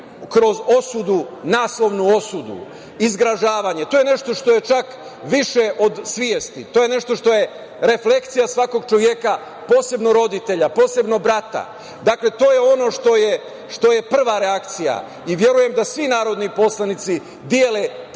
kroz osudu, masovnu osudu i zgražavanje. To je nešto što je čak više od svesti. To je nešto je refleksija svakog čoveka, posebno roditelja, posebno brata. To je ono što je prva reakcija i verujem da svi narodni poslanici dele takvo